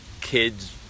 kids